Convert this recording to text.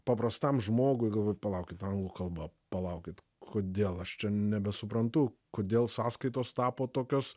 paprastam žmogui galvoju palaukit anglų kalba palaukit kodėl aš čia nebesuprantu kodėl sąskaitos tapo tokios